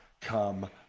come